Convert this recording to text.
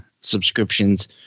subscriptions